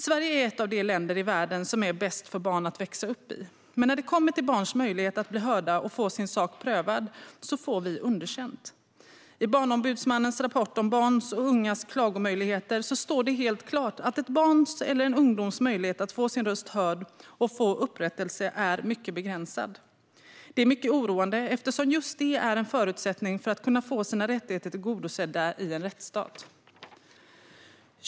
Sverige är ett av de länder i världen som är bäst för barn att växa upp i, men när det gäller barns möjlighet att blir hörda och få sin sak prövad får vi underkänt. I Barnombudsmannens rapport om barns och ungas klagomöjligheter står det helt klart att ett barns eller ungdoms möjlighet att få sin röst hörd och få upprättelse är mycket begränsad. Det är mycket oroande eftersom just det är en förutsättning för att kunna få sina rättigheter tillgodosedda i en rättsstat.